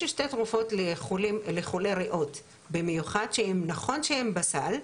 יש שתי תרופות לחולי ריאות במיוחד שהן נכון שהן בסל,